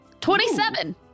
Twenty-seven